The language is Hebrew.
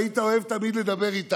אהבת תמיד לדבר בה איתנו,